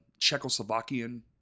Czechoslovakian